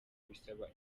bisaba